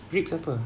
ribs apa